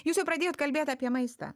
jūs jau pradėjot kalbėt apie maistą